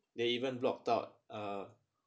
they even blocked out uh